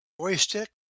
joystick